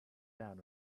down